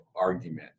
argument